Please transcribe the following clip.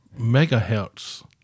megahertz